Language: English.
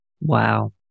Wow